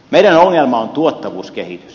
meidän ongelmamme on tuottavuuskehitys